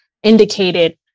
indicated